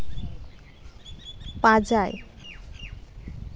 ᱯᱟᱸᱡᱟᱭ